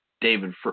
David